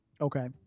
Okay